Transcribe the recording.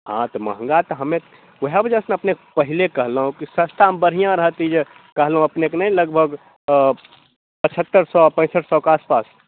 हँ तऽ महँगा तऽ हमे वएह बजह से अपनेके पहिने कहलहुॅं की सस्तामे बढ़िऑं रहत ई जे कहलहुॅं अपनेके नहि लगभग पचहत्तरि सए पैंसठ सएके आसपास